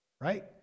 right